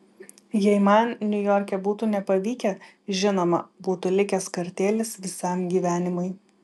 jei man niujorke būtų nepavykę žinoma būtų likęs kartėlis visam gyvenimui